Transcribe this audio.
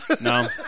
No